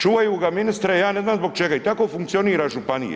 Čuvaju ga ministre ja ne znam zbog čega i tako funkcionira županija.